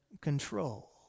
control